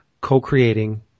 co-creating